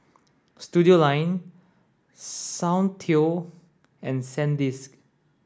Studioline Soundteoh and Sandisk